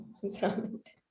sinceramente